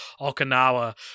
Okinawa